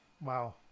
wow